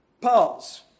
pause